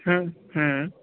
हम्म हम्म